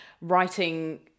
writing